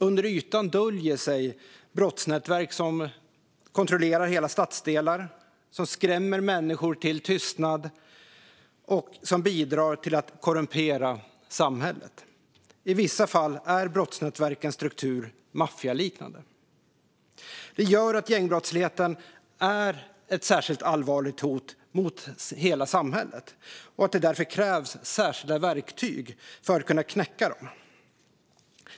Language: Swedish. Under ytan döljer sig brottsnätverk som kontrollerar hela stadsdelar, som skrämmer människor till tystnad och som bidrar till att korrumpera samhället. I vissa fall är brottsnätverkens strukturer maffialiknande. Det gör att gängbrottsligheten är ett särskilt allvarligt hot mot hela samhället och att det därför krävs särskilda verktyg för att kunna knäcka den.